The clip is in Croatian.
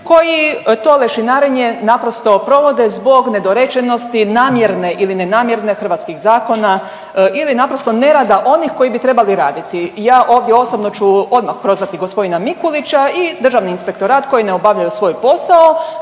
koji to lešinarenje naprosto provode zbog nedorečenosti namjerne ili nenamjerne hrvatskih zakona, ili naprosto nerada onih koji bi trebali raditi. Ja ovdje osobno ću odmah prozvati gospodina Mikulića i Državni inspektorat koji ne obavljaju svoj posao.